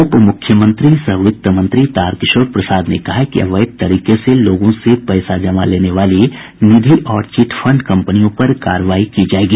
उपमुख्यमंत्री सह वित्त मंत्री तारकिशोर प्रसाद ने कहा है कि अवैध तरीके से लोगों से पैसे जमा लेने वाली निधि और चिटफंड कम्पनियों पर कार्रवाई की जायेगी